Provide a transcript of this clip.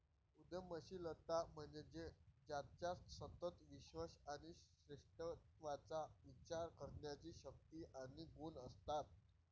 उद्यमशीलता म्हणजे ज्याच्यात सतत विश्वास आणि श्रेष्ठत्वाचा विचार करण्याची शक्ती आणि गुण असतात